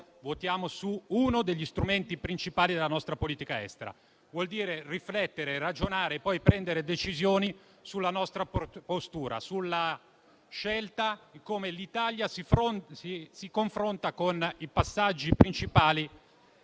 votiamo su uno degli strumenti principali della nostra politica estera. Vuol dire riflettere, ragionare e poi prendere decisioni sulla nostra postura, sulla scelta di come l'Italia si confronta con i passaggi principali